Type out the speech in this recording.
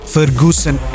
Ferguson